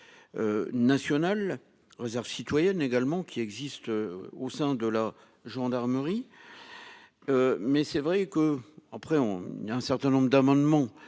Nationale réserve citoyenne également qui existe au sein de la gendarmerie. Mais c'est vrai que après on un certain nombre d'amendements